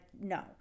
No